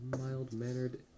Mild-mannered